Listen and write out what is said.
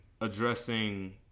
addressing